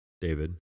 David